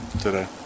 today